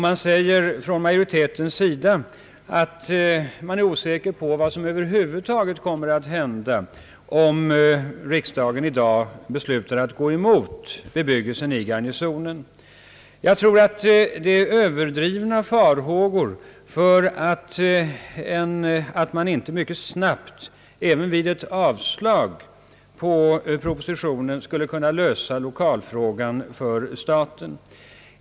Utskottsmajoriteten är osäker på vad som över huvud taget kommer att hända om riksdagen nu beslutar gå emot bebyggelsen i Garnisonen. Jag tror att farhågorna är överdrivna för att man inte skulle kunna lösa statens lokalfrågor även vid ett avslag på propositionen.